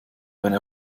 eine